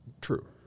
True